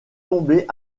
tombé